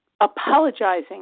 apologizing